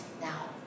now